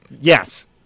Yes